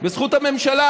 בזכות הממשלה,